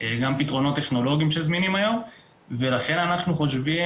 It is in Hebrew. גם פתרונות טכנולוגיים שזמינים היום ולכן אנחנו חושבים,